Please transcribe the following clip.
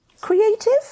Creative